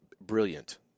Brilliant